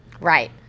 Right